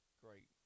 great